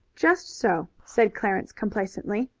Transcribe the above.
just so, said clarence complacently.